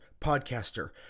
podcaster